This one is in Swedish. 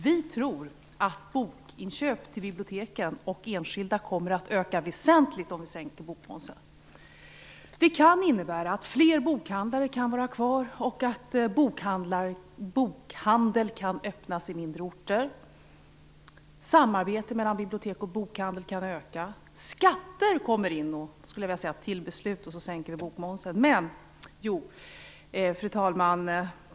Vi tror att bokinköp till biblioteken och av enskilda kommer att öka väsentligt om vi säker bokmomsen. Det kan innebära att fler bokhandlare kan vara kvar och att bokhandlar kan öppnas i mindre orter. Samarbete mellan bibliotek och bokhandel kan öka.